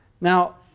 Now